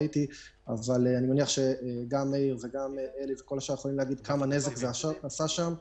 גם מאיר וגם האחרים יכולים להגיד כמה נזק זה עשה שם.